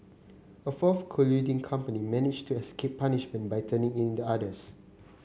a fourth colluding company managed to escape punishment by turning in the others